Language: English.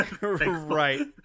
Right